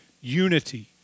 unity